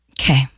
Okay